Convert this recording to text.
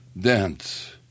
dance